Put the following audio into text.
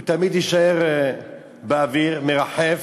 הוא תמיד יישאר באוויר, מרחף,